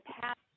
past